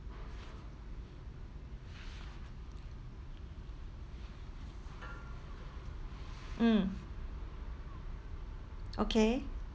mm okay